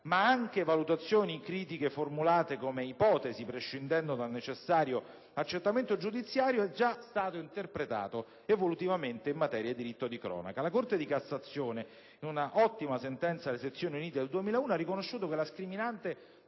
ma anche valutazioni critiche formulate come ipotesi, prescindendo dal necessario accertamento giudiziario, è già stato interpretato evolutivamente in materia di diritto di cronaca. La Corte di cassazione, in un'ottima sentenza delle sezioni unite penali del 2001, ha riconosciuto che la scriminante